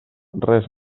res